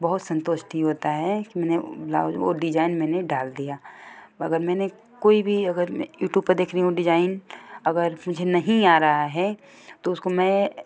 बहुत संतुष्टि होता है कि मैंने ब्लाउज वो डिजाइन मैंने डाल दिया मगर मैंने कोई भी अगर मैं यूटूब पर देख रही हूँ डिजाइन अगर मुझे नहीं आ रहा है तो उसको मैं